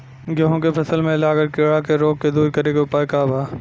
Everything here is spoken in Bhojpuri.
गेहूँ के फसल में लागल कीड़ा के रोग के दूर करे के उपाय का बा?